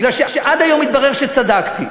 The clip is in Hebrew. כי עד היום התברר שצדקתי.